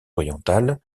orientale